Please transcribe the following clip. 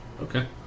Okay